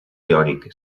teòric